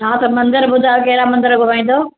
हा त मंदर ॿुधायो कहिड़ा मंदर घुमाईंदव